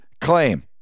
claim